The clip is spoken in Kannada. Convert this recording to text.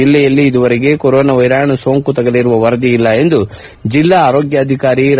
ಜಲ್ಲೆಯಲ್ಲಿ ಇದುವರೆಗೆ ಕೊರೊನಾ ವೈರಾಣು ಸೋಂಕು ತಗುಲಿರುವ ವರದಿ ಇಲ್ಲ ಎಂದು ಜೆಲ್ಲಾ ಆರೋಗ್ಲಾಧಿಕಾರಿ ಡಾ